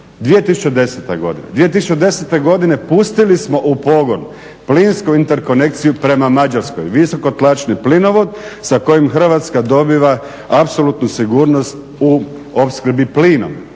2010. godina, 2010. godine pustili smo u pogon plinsku interkonekciju prema Mađarskoj, visoko tlačni plinovod sa kojim Hrvatska dobiva apsolutnu sigurnost u opskrbi plinom